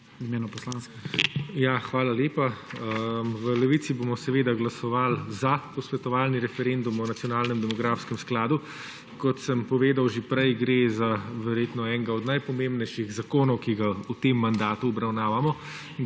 Levica): Hvala lepa. V Levici bomo seveda glasovali za posvetovalni referendum o nacionalnem demografskem skladu. Kot sem povedal že prej, gre za verjetno enega od najpomembnejših zakonov, ki ga v tem mandatu obravnavamo,